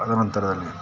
ತದನಂತರದಲ್ಲಿ